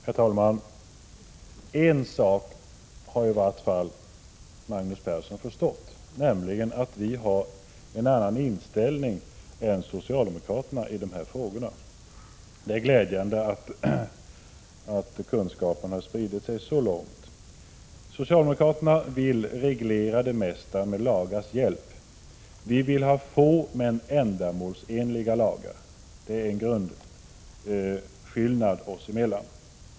Herr talman! En sak har Magnus Persson i varje fall förstått, nämligen att vi moderater har en annan inställning än socialdemokraterna i de här frågorna. Det är glädjande att kunskapen har spritt sig så långt. Socialdemokraterna vill reglera det mesta med lagars hjälp. Vi vill ha få men ändamålsenliga lagar. Det är en grundskillnad oss emellan.